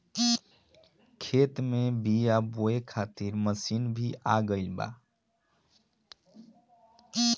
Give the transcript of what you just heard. खेत में बीआ बोए खातिर मशीन भी आ गईल बा